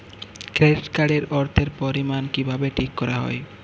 Credit card এর অর্থের পরিমান কিভাবে ঠিক করা হয়?